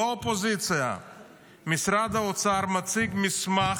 לא האופוזיציה, משרד האוצר מציג מסמך,